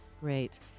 Great